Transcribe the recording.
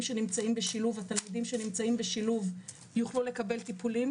שנמצאים בשילוב יוכלו לקבל טיפולים,